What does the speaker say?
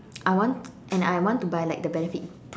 I want and I want to buy like the benefit